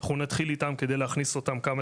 אנחנו נתחיל איתם כדי להכניס אותם כמה